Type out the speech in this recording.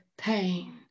Pain